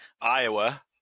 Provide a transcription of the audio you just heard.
Iowa